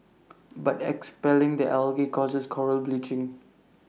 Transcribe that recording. but expelling the algae causes Coral bleaching